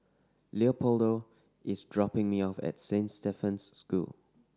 Leopoldo is dropping me off at Saint Stephen's School